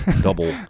Double